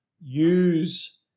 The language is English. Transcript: use